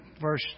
verse